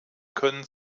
können